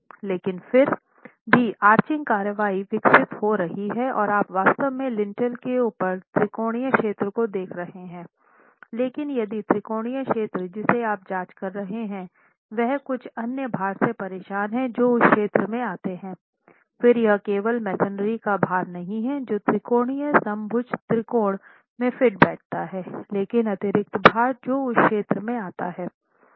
लेकिन फिर भी आर्चिंग कार्रवाई विकसित हो रही है आप वास्तव में लिंटेल के ऊपर त्रिकोणीय क्षेत्र को देख रहे हैं लेकिन यदि त्रिकोणीय क्षेत्र जिसे आप जांच कर रहे हैं वह कुछ अन्य भार से परेशान है जो उस क्षेत्र में आते हैं फिर यह केवल मेसनरी का भार नहीं है जो त्रिकोणीय समभुज त्रिकोण में फिट बैठता है लेकिन अतिरिक्त भार जो उस क्षेत्र में आते हैं